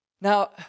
Now